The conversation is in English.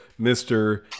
Mr